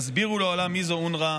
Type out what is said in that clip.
יסבירו לעולם מי זה אונר"א.